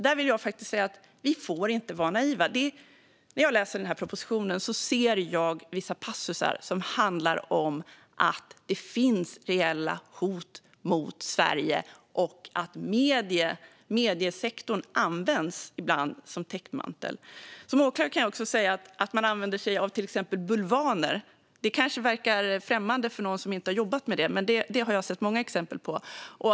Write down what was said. Där vill jag faktiskt säga att vi inte får vara naiva. När jag läser propositionen ser jag vissa passusar som handlar om att det finns reella hot mot Sverige och att mediesektorn ibland används som täckmantel. Som åklagare kan jag också säga att till exempel att man använder sig av bulvaner kanske verkar främmande för någon som inte jobbat med det, men det har jag sett många exempel på.